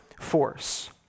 force